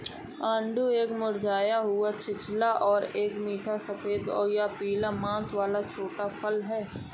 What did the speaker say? आड़ू एक मुरझाया हुआ छिलका और एक मीठा सफेद या पीला मांस वाला छोटा फल है